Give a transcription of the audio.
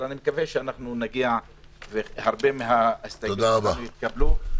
אבל אני מקווה שנגיע לכך שהרבה מההסתייגויות שלנו יתקבלו.